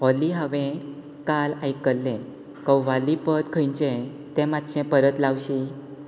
ऑली हांवें काल आयकल्लें कव्वाली पद खंयचें तें मातशें परत लावशी